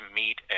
meet